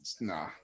nah